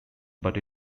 but